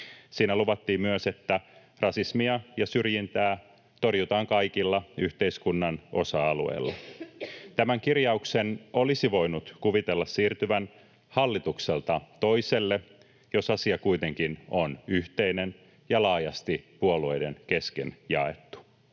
Siinä luvattiin myös, että rasismia ja syrjintää torjutaan kaikilla yhteiskunnan osa-alueilla. Tämän kirjauksen olisi voinut kuvitella siirtyvän hallitukselta toiselle, jos asia kuitenkin on yhteinen ja laajasti puolueiden kesken jaettu.